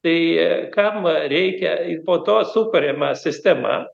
tai kam reikia po to sukuriama sistema